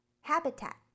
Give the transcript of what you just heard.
Habitat